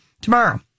tomorrow